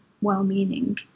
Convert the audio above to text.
well-meaning